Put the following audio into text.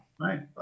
right